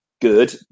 Good